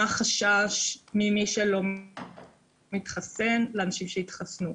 מה החשש ממי שלא מתחסן לאנשים שהתחסנו?